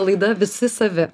laida visi savi